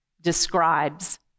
describes